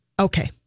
Okay